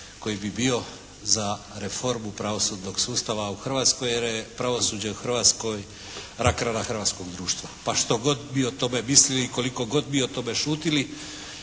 koji bi bio za reformu pravosudnog sustava u Hrvatskoj jer je pravosuđe u Hrvatskoj rak rana hrvatskog društva, pa što god vi o tome mislili i koliko god mi o tome šutili.